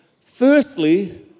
firstly